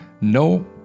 no